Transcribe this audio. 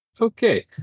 Okay